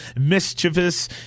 mischievous